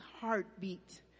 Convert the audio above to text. heartbeat